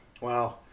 Wow